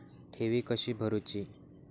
ठेवी कशी भरूची?